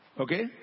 Okay